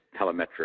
telemetric